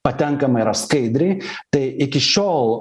patenkama yra skaidriai tai iki šiol